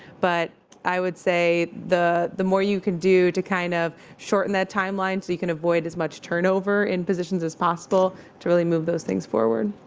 but i would say the the more you can do to kind of shorten that timeline so you can avoid as much turnover in positions as possible to really move those things forward.